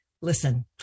Listen